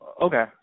Okay